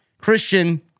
Christian